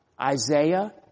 Isaiah